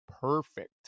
perfect